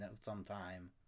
sometime